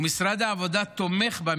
ומשרד העבודה תומך בה,